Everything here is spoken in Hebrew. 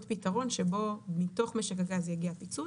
פתרון שבו מתוך משק הגז יגיע הפיצוי,